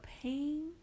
pain